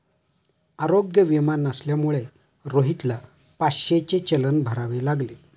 आरोग्य विमा नसल्यामुळे रोहितला पाचशेचे चलन भरावे लागले